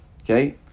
Okay